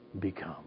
become